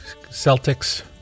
celtics